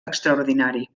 extraordinari